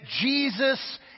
Jesus